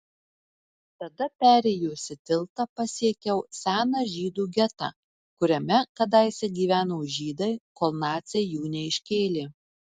tada perėjusi tiltą pasiekiau seną žydų getą kuriame kadaise gyveno žydai kol naciai jų neiškėlė